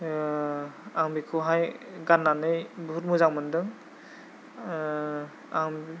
आं बेखौहाय गान्नानै बहुथ मोजां मोनदों